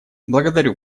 благодарю